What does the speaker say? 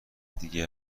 دیگه